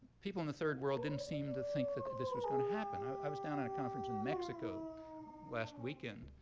people in the third world didn't seem to think that this was going to happen. i was down at a conference in mexico last weekend.